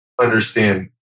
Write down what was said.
understand